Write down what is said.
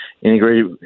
integrated